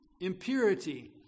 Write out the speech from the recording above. impurity